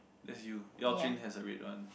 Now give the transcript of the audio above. that's you Yao-Jun has a red one